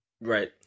Right